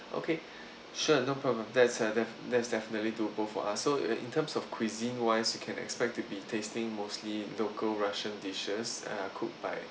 okay sure no problem that's uh def~ that's definitely doable for us so in terms of cuisine wise you can expect to be tasting mostly local russian dishes uh cooked by